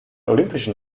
olympischen